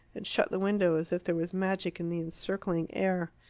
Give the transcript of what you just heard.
and shut the window as if there was magic in the encircling air.